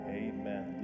amen